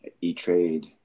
E-Trade